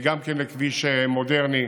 גם כן לכביש מודרני,